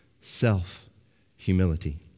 self-humility